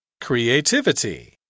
Creativity